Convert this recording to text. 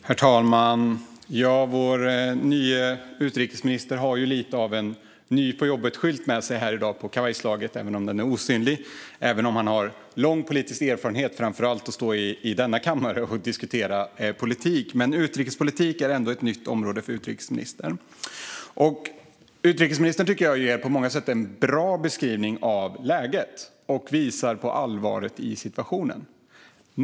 Herr talman! Vår nye utrikesminister har ju lite av en ny-på-jobbet-skylt på kavajslaget här i dag, även om den är osynlig. Han har visserligen lång politisk erfarenhet, framför allt av att stå i denna kammare och diskutera politik, men utrikespolitik är ändå ett nytt område för utrikesministern. Jag tycker att utrikesministern ger en på många sätt bra beskrivning av läget och visar på allvaret i situationen.